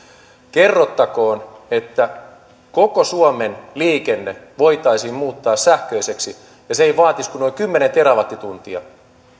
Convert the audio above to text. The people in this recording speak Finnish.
kerrottakoon että koko suomen liikenne voitaisiin muuttaa sähköiseksi ja se ei vaatisi kuin noin kymmenen terawattituntia